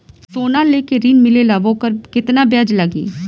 सोना लेके ऋण मिलेला वोकर केतना ब्याज लागी?